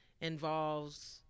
involves